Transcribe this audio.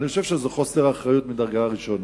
אני חושב שזה חוסר אחריות מדרגה ראשונה.